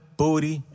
booty